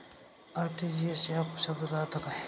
RTGS या शब्दाचा अर्थ काय?